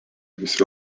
visi